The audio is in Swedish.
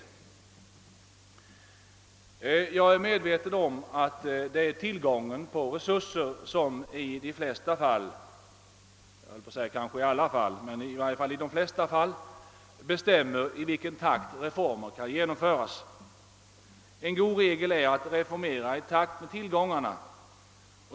Jag är medveten om att det är tillgången på resurser som i de flesta fall bestämmer i vilken takt reformer kan genomföras. En god regel är att reformera i takt med tillgångarna.